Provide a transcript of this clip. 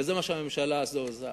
וזה מה שהממשלה הזאת עושה.